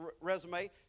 resume